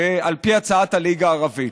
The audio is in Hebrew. ועל פי הצעת הליגה הערבית.